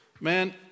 Man